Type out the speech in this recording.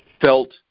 felt